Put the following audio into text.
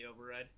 override